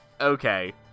Okay